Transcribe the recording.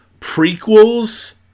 prequels